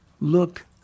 Look